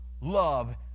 love